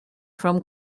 from